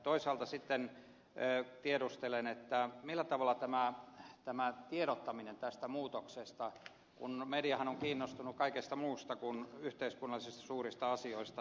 toisaalta sitten enää tiedustelee näyttää millä tavalla tämää jättämää tiedustelen tästä muutoksesta tiedottamisesta kun mediahan on kiinnostunut kaikesta muusta kuin yhteiskunnallisesti suurista asioista